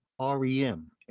REM